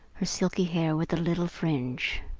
her silky hair with the little fringe.